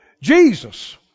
Jesus